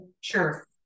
sure